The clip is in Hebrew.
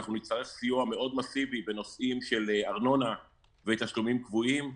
אנחנו נצטרך סיוע מאסיבי מאוד בנושאים של ארנונה ותשלומים קבועים.